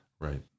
Right